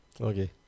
Okay